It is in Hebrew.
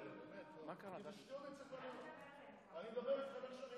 אני אדבר איתכם איך שאני